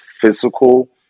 physical